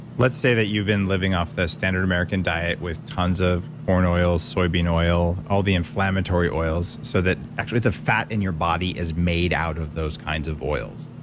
let's say that you've been living off the standard american diet with tons of corn oil soybean oil, all the inflammatory oils. so that actually the fat in your body is made out of those kinds of oils,